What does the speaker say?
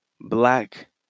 Black